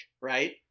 right